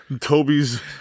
Toby's